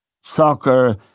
soccer